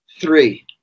three